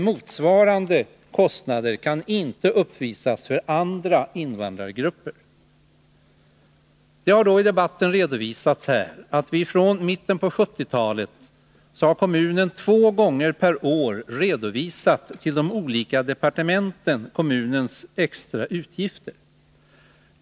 Motsvarande kostnader kan inte uppvisas för någon annan invandrargrupp. I debatten har det understrukits att kommunen alltsedan mitten av 1970-talet två gånger varje år lämnat en redogörelse till de olika departementen för kommunens extrautgifter.